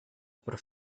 por